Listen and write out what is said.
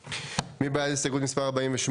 מי בעד הסתייגות מספר 48?